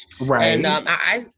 Right